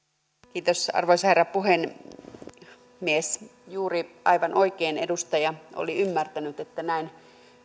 arvoisa herra puhemies juuri aivan oikein edustaja oli ymmärtänyt näin